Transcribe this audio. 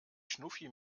schnuffi